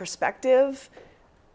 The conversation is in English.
perspective